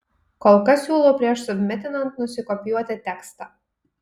kol kas siūlau prieš submitinant nusikopijuoti tekstą